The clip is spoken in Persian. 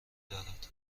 دارد